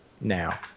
now